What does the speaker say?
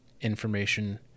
information